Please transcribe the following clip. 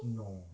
no